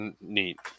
Neat